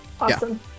Awesome